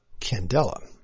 candela